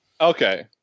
Okay